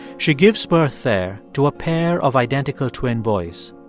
she gives birth there to a pair of identical twin boys.